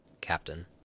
Captain